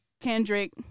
Kendrick